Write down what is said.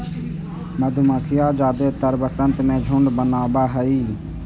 मधुमक्खियन जादेतर वसंत में झुंड बनाब हई